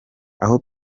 aho